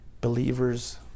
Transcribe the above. Believers